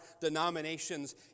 denomination's